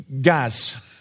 Guys